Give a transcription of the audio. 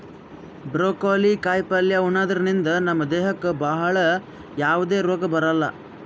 broccoli ಕಾಯಿಪಲ್ಯ ಉಣದ್ರಿಂದ ನಮ್ ದೇಹಕ್ಕ್ ಭಾಳ್ ಯಾವದೇ ರೋಗ್ ಬರಲ್ಲಾ